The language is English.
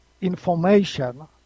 information